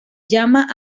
llama